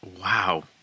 Wow